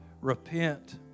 Repent